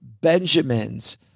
Benjamins